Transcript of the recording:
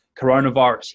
coronavirus